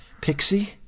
pixie